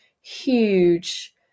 huge